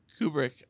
Kubrick